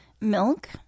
Milk